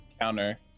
counter